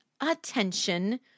attention